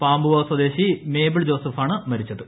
പാവുമ്പ സ്വദേശിനി മേബിൾ ജോസഫാണ് മരിച്ചത്